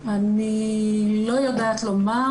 אני לא יודעת לומר,